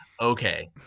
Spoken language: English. Okay